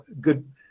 good